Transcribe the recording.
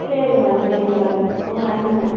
சரி மேடம் சரி மேடம் ரொம்ப நன்றி மேம்